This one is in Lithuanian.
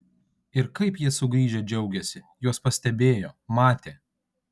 ir kaip jie sugrįžę džiaugėsi juos pastebėjo matė